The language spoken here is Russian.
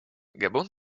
габон